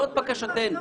זאת בקשתנו.